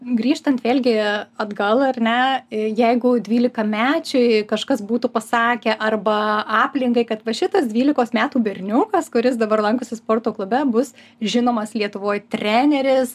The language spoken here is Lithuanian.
grįžtant vėlgi atgal ar ne jeigu dvylikamečiui kažkas būtų pasakę arba aplinkai kad va šitas dvylikos metų berniukas kuris dabar lankosi sporto klube bus žinomas lietuvoj treneris